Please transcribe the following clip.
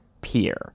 peer